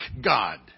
God